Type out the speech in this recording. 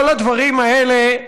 כל הדברים האלה,